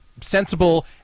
sensible